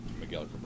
Miguel